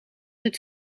uit